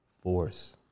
force